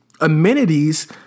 amenities